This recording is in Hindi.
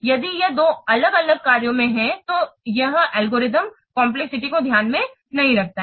यदि यह दो अलग अलग कार्यों में है तो यह एल्गोरिथम कम्प्लेक्सिटी को ध्यान में नहीं रखता है